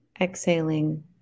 exhaling